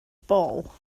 bol